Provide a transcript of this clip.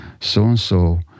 So-and-so